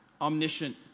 omniscient